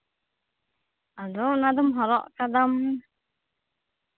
ᱟᱫᱚ ᱚᱱᱟ ᱫᱚᱢ ᱦᱚᱨᱚᱜ ᱟᱠᱟᱫᱟᱢ